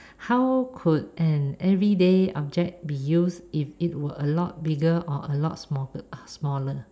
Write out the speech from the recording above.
how could an everyday object be used if it were a lot bigger or a lot small~ smaller